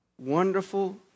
Wonderful